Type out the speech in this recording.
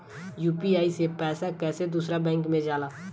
UPI से पैसा कैसे दूसरा बैंक मे जाला?